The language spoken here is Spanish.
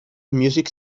music